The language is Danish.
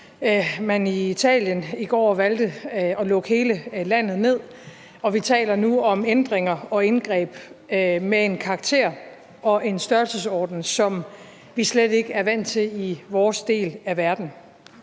de i Italien i går valgte at lukke hele landet ned, og vi taler nu om ændringer og indgreb af en karakter og en størrelsesorden, som vi slet ikke er vant til i vores del af verden.